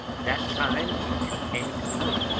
that time you two came into the room,